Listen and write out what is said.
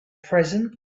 present